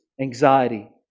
anxiety